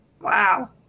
Wow